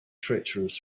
treacherous